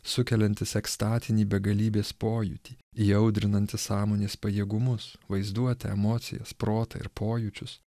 sukeliantis ekstatinį begalybės pojūtį įaudrinantis sąmonės pajėgumus vaizduotę emocijas protą ir pojūčius